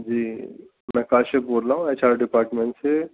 جی میں کاشف بول رہا ہوں ایچ آر ڈپارٹمنٹ سے